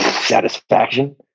satisfaction